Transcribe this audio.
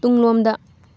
ꯇꯨꯡꯂꯣꯝꯗ